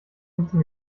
müssen